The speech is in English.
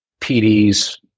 PDs